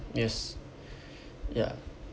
yes ya